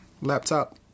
Laptop